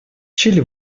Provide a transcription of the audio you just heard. чили